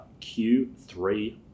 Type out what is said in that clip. q3